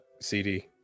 CD